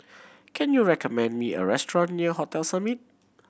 can you recommend me a restaurant near Hotel Summit